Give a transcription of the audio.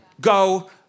go